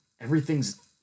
everything's